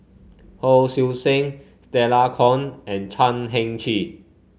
Hon Sui Sen Stella Kon and Chan Heng Chee